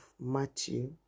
Matthew